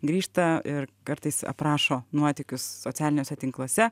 grįžta ir kartais aprašo nuotykius socialiniuose tinkluose